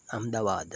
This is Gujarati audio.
અમદાવાદ